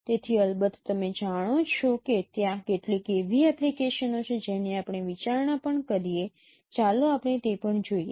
તેથી અલબત્ત તમે જાણો છો કે ત્યાં કેટલીક એવી એપ્લિકેશનો છે જેની આપણે વિચારણા પણ કરીએ ચાલો આપણે તે પણ જોઈએ